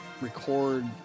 record